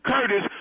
Curtis